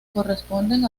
corresponden